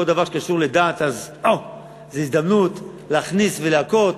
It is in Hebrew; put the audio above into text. כל דבר שקשור לדת זה הזדמנות להכניס ולהכות,